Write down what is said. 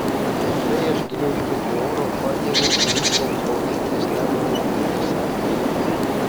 štai aš giliau įkvepiu oro paneriu ir išneriu kaune ties nemuno ir neries santaka